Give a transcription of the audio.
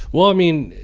well, i mean,